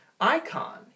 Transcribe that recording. icon